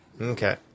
Okay